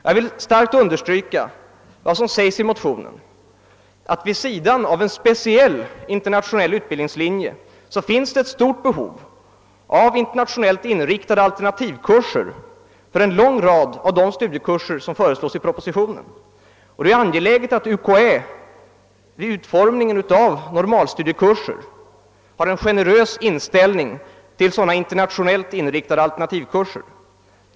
Jag vill starkt understryka vad som sägs i motionen, att det vid sidan av en speciell internationell utbildningslinje finns stort behov av internationellt inriktade alternativkurser för en lång rad av de studiekurser som föreslås i propositionen. Det är angeläget att UKA vid utformningen av normalstudiekurser har en generös inställning till sådana internationellt inriktade alternativkurser.